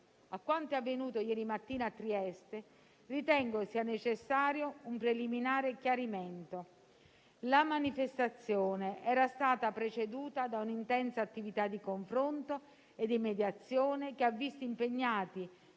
a quanto è avvenuto ieri mattina a Trieste, ritengo sia necessario un preliminare chiarimento. La manifestazione era stata preceduta da un'intensa attività di confronto e di mediazione che ha visto impegnati,